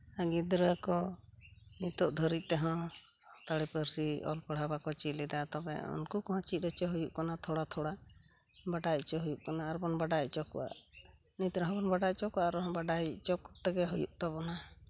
ᱜᱤᱫᱽᱨᱟᱹ ᱠᱚ ᱱᱤᱛᱟᱹᱜ ᱫᱷᱟᱹᱨᱤᱡ ᱛᱮᱦᱚᱸ ᱥᱟᱱᱛᱟᱲᱤ ᱯᱟᱹᱨᱥᱤ ᱚᱞ ᱯᱟᱲᱦᱟᱣ ᱵᱟᱠᱚ ᱪᱮᱫ ᱞᱮᱫᱟ ᱛᱚᱵᱮ ᱩᱱᱠᱩ ᱠᱚᱦᱚᱸ ᱪᱮᱫ ᱦᱚᱪᱚ ᱦᱩᱭᱩᱜ ᱠᱟᱱᱟ ᱛᱷᱚᱲᱟ ᱛᱷᱚᱲᱟ ᱵᱟᱰᱟᱭ ᱚᱪᱚ ᱦᱩᱭᱩᱜ ᱠᱟᱱᱟ ᱟᱨᱵᱚᱱ ᱵᱟᱰᱟᱭ ᱚᱪᱚ ᱠᱚᱣᱟ ᱱᱤᱛ ᱨᱮᱦᱚᱸ ᱵᱚᱱ ᱵᱟᱰᱟᱭ ᱦᱚᱪᱚ ᱠᱚᱣᱟ ᱟᱨᱦᱚᱸ ᱵᱟᱰᱟᱭ ᱪᱚ ᱠᱚᱜᱮ ᱦᱩᱭᱩᱜ ᱛᱟᱵᱚᱱᱟ